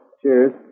cheers